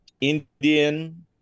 Indian